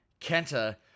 Kenta